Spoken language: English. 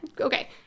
okay